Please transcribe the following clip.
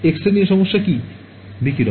ছাত্র ছাত্রীঃ বিকিরণ